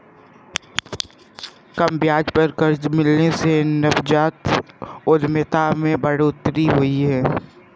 कम ब्याज पर कर्ज मिलने से नवजात उधमिता में बढ़ोतरी हुई है